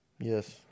Yes